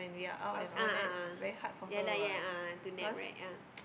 I was a'ah a'ah ya lah ya a'ah to nap right ah